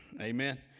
Amen